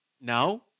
Now